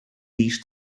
mis